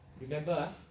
remember